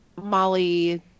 Molly